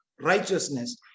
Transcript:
righteousness